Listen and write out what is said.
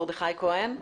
מרדכי כהן.